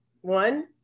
One